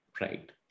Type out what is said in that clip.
right